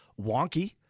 wonky